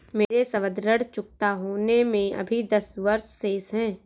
मेरे सावधि ऋण चुकता होने में अभी दस वर्ष शेष है